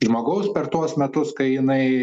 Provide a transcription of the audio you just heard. žmogaus per tuos metus kai jinai